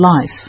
life